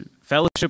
fellowship